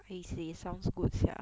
eh seh sounds good sia